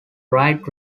right